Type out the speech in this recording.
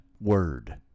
word